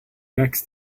next